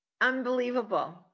Unbelievable